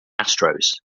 astros